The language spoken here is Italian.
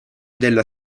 della